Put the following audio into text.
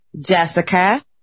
Jessica